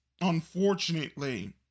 unfortunately